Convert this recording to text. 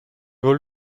wohl